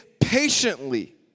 patiently